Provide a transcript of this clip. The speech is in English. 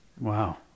Wow